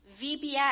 VBS